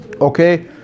Okay